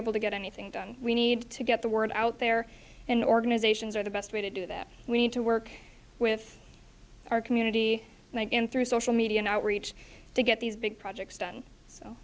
able to get anything done we need to get the word out there and organizations are the best way to do that we need to work with our community and again through social media and outreach to get these big projects done so